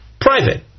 private